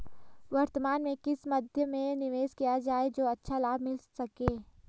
वर्तमान में किस मध्य में निवेश किया जाए जो अच्छा लाभ मिल सके?